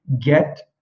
get